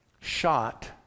shot